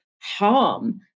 harm